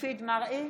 מופיד מרעי,